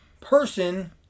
person